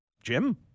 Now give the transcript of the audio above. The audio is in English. Jim